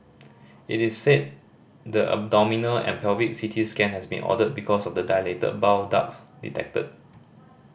it is said the abdominal and pelvic C T scan has been ordered because of the dilated bile ducts detected